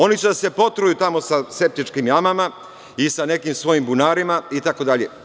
Oni će da se potruju tamo sa septičkim jamama i sa nekim svojim bunarima itd.